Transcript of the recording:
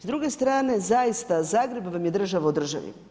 S druge strane, zaista Zagreb vam je država u državi.